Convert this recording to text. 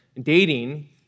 dating